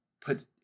put